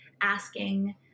asking